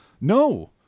No